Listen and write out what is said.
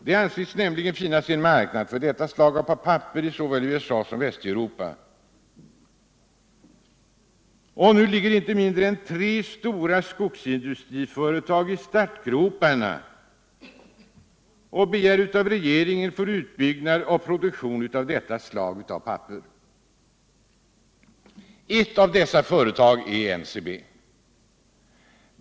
Det anses nämligen finnas en marknad för detta slag av papper i såväl USA som Västeuropa. Och nu ligger inte mindre än tre skogsindustriföretag i startgroparna och begär regeringens stöd för utbyggnader för produktion av detta slag av papper. Ett av dessa företag är NCB.